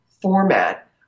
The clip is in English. format